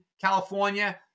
California